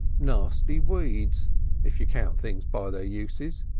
nasty weeds if you count things by their uses.